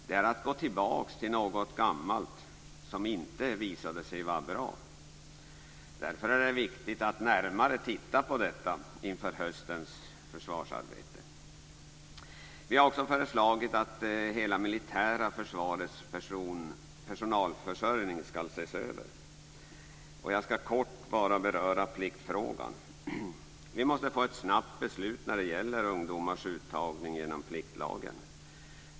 Det är att gå tillbaka till någonting gammalt som inte visade sig vara bra. Därför är det viktigt att närmare titta på detta inför höstens försvarsarbete. Vidare har vi föreslagit att hela det militära försvarets personalförsörjning skall ses över. Jag skall helt kort beröra pliktfrågan. Vi måste snabbt få ett beslut när det gäller uttagning av ungdomar genom pliktlagen.